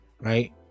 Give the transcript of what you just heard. right